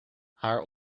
haar